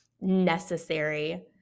necessary